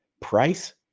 price